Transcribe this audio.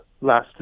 last